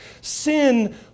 Sin